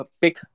pick